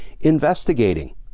investigating